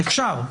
אפשר.